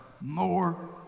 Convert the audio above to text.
more